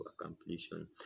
completion